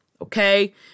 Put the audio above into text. okay